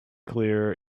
clear